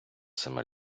саме